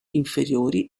inferiori